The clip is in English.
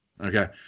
Okay